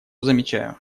замечаю